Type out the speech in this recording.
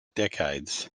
decades